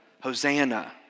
Hosanna